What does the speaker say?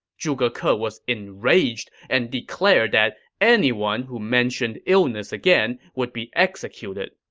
zhuge ke was enraged and declared that anyone who mentioned illness again would be executed.